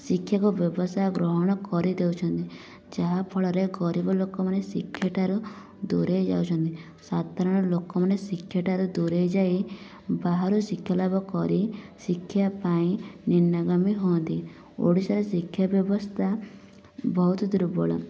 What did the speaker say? ଶିକ୍ଷାକୁ ବ୍ୟବସାୟ ଗ୍ରହଣ କରି ଦେଉଛନ୍ତି ଯାହାଫଳରେ ଗରିବ ଲୋକମାନେ ଶିକ୍ଷାଠାରୁ ଦୁରେଇ ଯାଉଛନ୍ତି ସାଧାରଣ ଲୋକମାନେ ଶିକ୍ଷାଠାରୁ ଦୁରେଇ ଯାଇ ବାହାରୁ ଶିକ୍ଷା ଲାଭ କରି ଶିକ୍ଷା ପାଇଁ ନିମ୍ନଗାମୀ ହୁଅନ୍ତି ଓଡ଼ିଶାରେ ଶିକ୍ଷା ବ୍ୟବସ୍ଥା ବହୁତ ଦୁର୍ବଳ